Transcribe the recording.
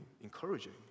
encouraging